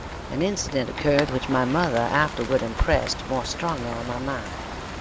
an incident occurred which my mother afterward impressed more strongly on my mind.